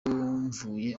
mvuye